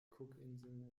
cookinseln